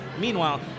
Meanwhile